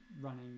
running